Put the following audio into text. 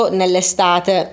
nell'estate